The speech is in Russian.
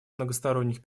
многосторонних